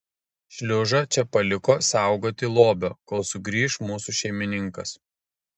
šliužą čia paliko saugoti lobio kol sugrįš mūsų šeimininkas